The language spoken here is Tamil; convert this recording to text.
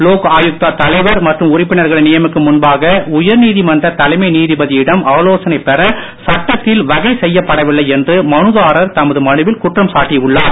லோக் ஆயுக்தா தலைவர் மற்றும் உறுப்பினர்களை நியமிக்கும் முன்பாக உயர்நீதிமன்ற தலைமை நீதிபதியிடம் ஆலோசனை பெற சட்டத்தில் வகை செய்யப்படவில்லை என்று மனுதாரர் தமது மனுவில் குற்றம் சாட்டி உள்ளார்